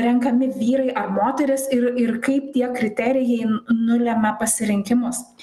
renkami vyrai ar moterys ir ir kaip tie kriterijai nulemia pasirinkimus